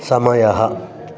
समयः